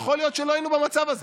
יכול להיות שלא היינו במצב הזה.